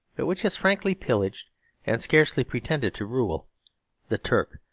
but which has frankly pillaged and scarcely pretended to rule the turk,